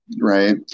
Right